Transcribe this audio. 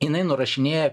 jinai nurašinėja